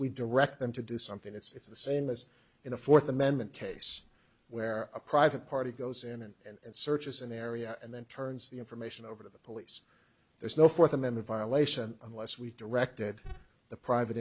we direct them to do something it's the same as in a fourth amendment case where a private party goes in and searches an area and then turns the information over to the police there's no fourth amendment violation unless we directed the private